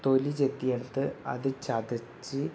തൊലി ചെത്തി എടുത്ത് അത് ചതച്ച്